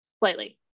Slightly